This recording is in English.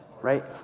Right